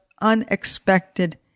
unexpected